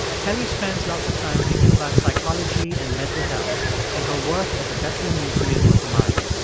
kellie spends lots of time thinking about psychology and mental health in her work at the bethlem museum of the mind.